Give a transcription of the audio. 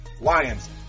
Lions